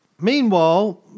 Meanwhile